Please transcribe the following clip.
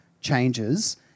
changes